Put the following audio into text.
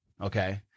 okay